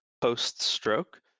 post-stroke